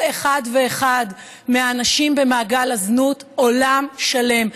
אחת ואחד מהנשים במעגל הזנות עולם שלם.